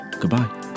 Goodbye